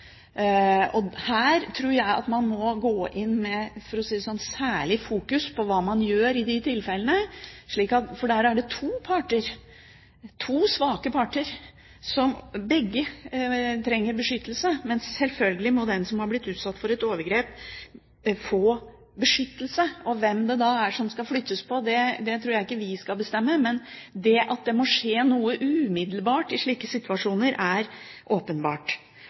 Her tror jeg man må gå inn med særlig fokus på hva man gjør i de tilfellene. For der er det to parter – to svake parter – som begge trenger beskyttelse, men selvfølgelig må den som har blitt utsatt for et overgrep, få beskyttelse. Hvem det da er som skal flyttes på, tror jeg ikke vi skal bestemme. Men at det må skje noe umiddelbart i slike situasjoner, er åpenbart.